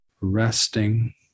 resting